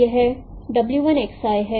तो यह w 1 X i है